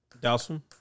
Dawson